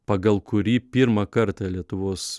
pagal kurį pirmą kartą lietuvos